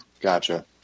Gotcha